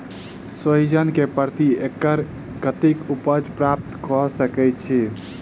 सोहिजन केँ प्रति एकड़ कतेक उपज प्राप्त कऽ सकै छी?